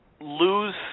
lose